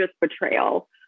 betrayal